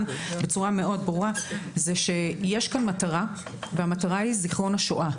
בצורה מאוד ברורה זה שיש כאן מטרה והמטרה היא זיכרון השואה.